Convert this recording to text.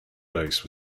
base